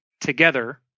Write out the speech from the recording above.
together